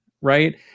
Right